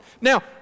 Now